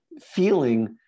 feeling